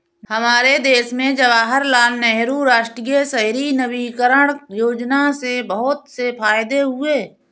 हमारे देश में जवाहरलाल नेहरू राष्ट्रीय शहरी नवीकरण योजना से बहुत से फायदे हुए हैं